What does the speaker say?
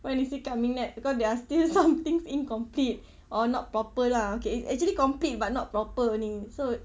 when is he coming back because there are still some things incomplete or not proper lah okay it's actually complete but not proper only so